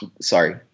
sorry